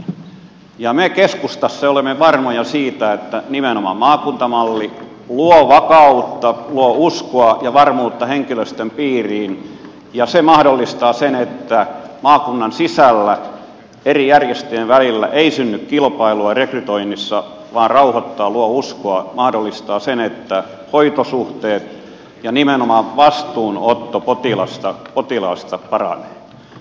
me keskustassa olemme varmoja siitä että nimenomaan maakuntamalli luo vakautta luo uskoa ja varmuutta henkilöstön piiriin ja se mahdollistaa sen että maakunnan sisällä eri järjestöjen välillä ei synny kilpailua rekrytoinnissa vaan se rauhoittaa luo uskoa mahdollistaa sen että hoitosuhteet ja nimenomaan vastuunotto potilaasta paranee